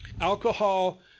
Alcohol